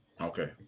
Okay